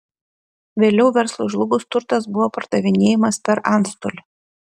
vėliau verslui žlugus turtas buvo pardavinėjamas per antstolį